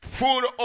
full